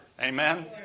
Amen